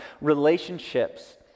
relationships